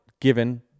given